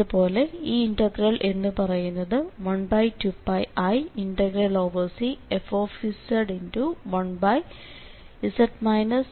അതുപോലെ ഈ ഇന്റഗ്രൽ എന്നു പറയുന്നത് 12πiCf1z z0